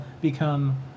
become